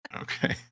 Okay